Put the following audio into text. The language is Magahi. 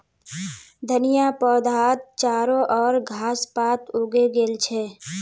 धनिया पौधात चारो ओर घास पात उगे गेल छ